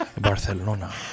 Barcelona